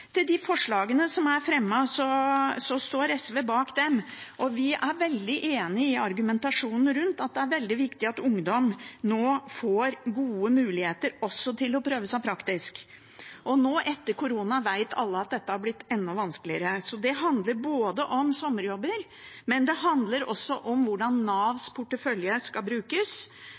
Til de forslagene som er fremmet: SV står bak dem, og vi er veldig enig i argumentasjonen rundt, at det er veldig viktig at ungdom nå får gode muligheter til også å prøve seg praktisk. Nå etter korona vet alle at dette har blitt enda vanskeligere. Det handler ikke bare om sommerjobber, men det handler også om hvordan Navs portefølje skal brukes,